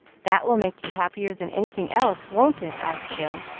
that will make you happier than anything else, won't it? asked jill,